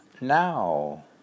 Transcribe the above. now